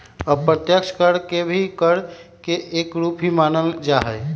अप्रत्यक्ष कर के भी कर के एक रूप ही मानल जाहई